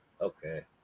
okay